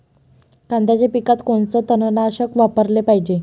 कांद्याच्या पिकात कोनचं तननाशक वापराले पायजे?